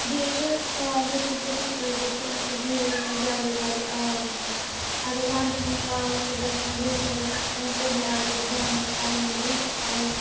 بیٚیہِ چھِ پاورٕ سۭتۍ اَسہِ یہِ فٲیدٕ کہِ أسۍ چھِ گیٖزرَس منٛز جلدی جلدی آب وٕشنان اگر وَندَس منٛز پاوَر چھُ گژھان دۄن ترٛٮ۪ن اَسہِ چھُ پٮ۪وان تُرنہِ آبہٕ سۭتۍ بانہٕ چھَلٕنۍ بُتھ چھَلُن